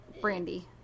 brandy